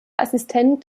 assistent